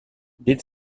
did